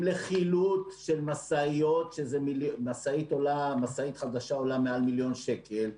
לחילוט של משאיות משאית חדשה עולה מעל מיליון שקל,